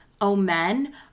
Omen